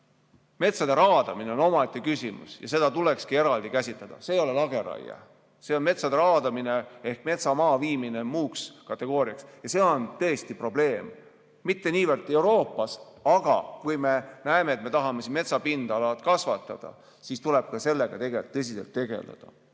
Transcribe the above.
Metsade raadamine on omaette küsimus ja seda tulekski eraldi käsitleda. See ei ole lageraie, see on metsade raadamine ehk metsamaa viimine muu kategooria alla. See on tõesti probleem, ent mitte niivõrd Euroopas. Aga kui me näeme, et tahame metsa pindala kasvatada, siis tuleb sellega tõsiselt tegeleda.